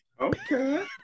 Okay